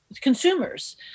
consumers